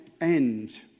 end